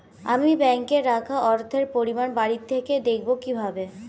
আমি ব্যাঙ্কে রাখা অর্থের পরিমাণ বাড়িতে থেকে দেখব কীভাবে?